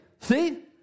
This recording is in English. see